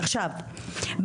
עכשיו,